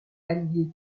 allier